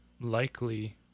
likely